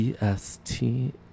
EST